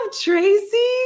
Tracy